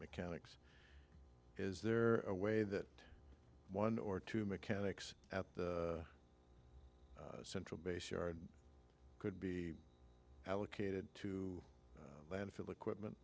mechanics is there a way that one or two mechanics at the central base yard could be allocated to landfill equipment